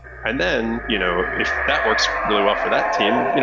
and then, you know if that works really well for that team, you know